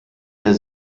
der